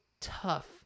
tough